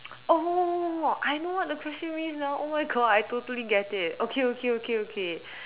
oh I know what the question means now oh my God I totally get it okay okay okay okay